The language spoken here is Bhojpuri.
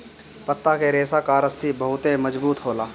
पत्ता के रेशा कअ रस्सी बहुते मजबूत होला